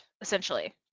essentially